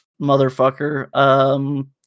motherfucker